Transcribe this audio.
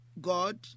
God